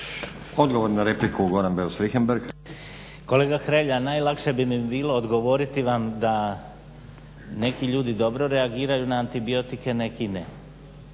Richembergh, Goran (HNS)** Kolega Hrelja najlakše bi mi bilo odgovoriti vam da neki ljudi dobro reagiraju na antibiotike, neki ne.